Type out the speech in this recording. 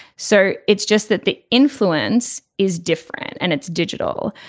so it's just that the influence is different. and it's digital.